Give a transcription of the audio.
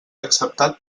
acceptat